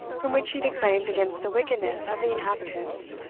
from which he declaimed against the wickedness of the inhabitants,